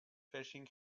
fishing